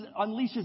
unleashes